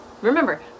Remember